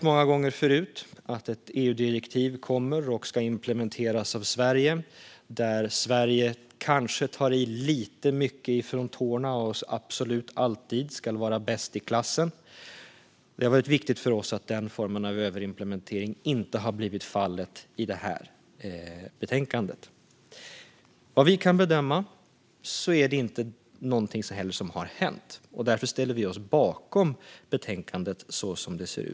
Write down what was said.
Många gånger förut har Sverige när man ska implementera ett EU-direktiv kanske tagit i lite för mycket från tårna. Man ska absolut alltid vara bäst i klassen. Det har varit viktigt för oss att den formen av överimplementering inte har blivit fallet här. Vad vi kan bedöma har det inte blivit det. Därför ställer vi oss bakom förslaget i betänkandet som det ser ut.